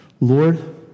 Lord